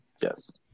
Yes